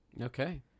Okay